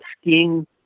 skiing